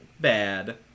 bad